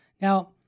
Now